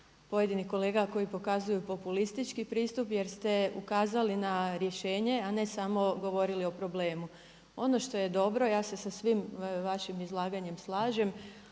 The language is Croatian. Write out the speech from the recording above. pojedinih kolega koji pokazuju populistički pristup jer ste ukazali na rješenje a ne samo govorili o problemu. Ono što je dobro, ja se sa svim vašim izlaganjem slažem,